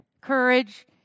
courage